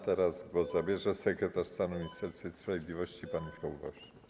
Teraz głos zabierze sekretarz stanu w Ministerstwie Sprawiedliwości pan Michał Woś.